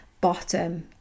bottom